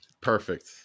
Perfect